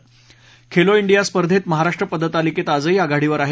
Khelo India स्पर्धेत महाराष्ट्र पदकतालिकेत आजही आघाडीवर आहे